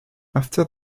after